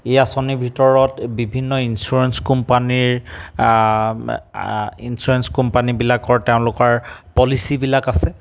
এই আঁচনি ভিতৰত বিভিন্ন ইঞ্চ্যুৰেঞ্চ কোম্পানীৰ ইঞ্চ্যুৰেঞ্চ কোম্পানীবিলাকৰ তেওঁলোকৰ পলিচিবিলাক আছে